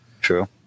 True